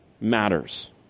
matters